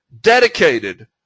dedicated